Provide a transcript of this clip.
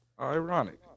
Ironic